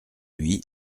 lui